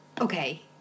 okay